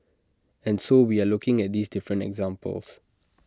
and so we are looking at these different examples